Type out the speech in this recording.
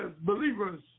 believers